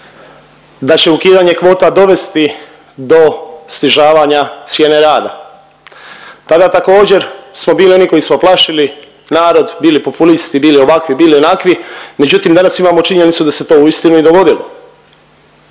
da će ukidanje kvota dovesti do snižavanja cijene rada. Tada također smo bili oni koji smo plašili narod, bili populisti, bili ovakvi, bili onakvi, međutim danas imamo činjenicu da se to uistinu i dogodilo.